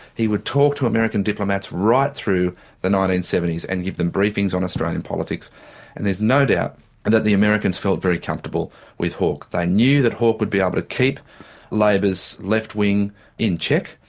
he would talk to american diplomat's right through the nineteen seventy s and give them briefings on australian politics and there's no doubt and that the americans felt very comfortable with hawke. they knew that hawke would be able to keep labor's left wing in check,